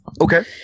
Okay